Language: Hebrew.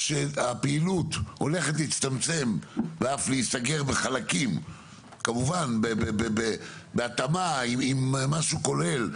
הפעילות הולכת להצטמצם ולהסגר בחלקים ובהתאמה עם משהו כולל,